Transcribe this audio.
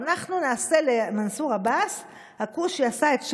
אנחנו נעשה למנסור עבאס "הכושי עשה את שלו,